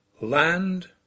land